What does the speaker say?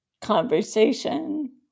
conversation